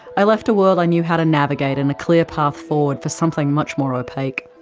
i left a world i knew how to navigate and a clear path forward for something much more opaque.